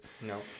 No